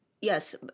Yes